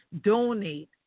donate